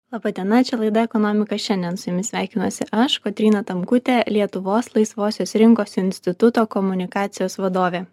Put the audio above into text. laba diena čia laida ekonomika šiandien su jumis sveikinuosi aš kotryna tamkutė lietuvos laisvosios rinkos instituto komunikacijos vadovė